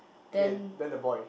then